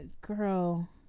Girl